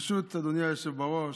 ברשות אדוני היושב בראש,